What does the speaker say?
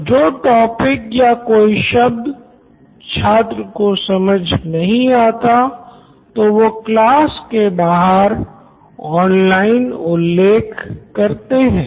तो जो टॉपिक या कोई शब्द छात्र को समझ नहीं आता तो वो क्लास के बाहर ऑनलाइन उल्लेख करते हैं